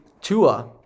Tua